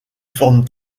formes